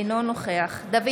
אינו נוכח דוד